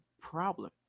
problem